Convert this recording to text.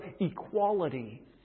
equality